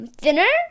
thinner